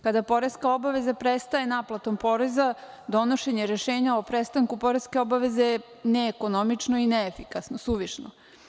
Kada poreska obaveza prestane naplatom poreza donošenje rešenja o prestanku poreske obaveze je neekonomično i neefikasno, suvišno.